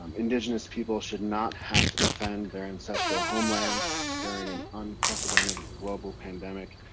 um indigenous people should not have to defend their ancestral homeland during an unprecedented global pandemic.